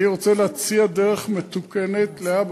אני רוצה להציע דרך מתוקנת להבא.